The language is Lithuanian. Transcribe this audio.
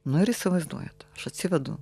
nu ir įsivaizduojat aš atsivedu